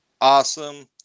Awesome